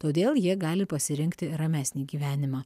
todėl jie gali pasirinkti ramesnį gyvenimą